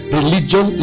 Religion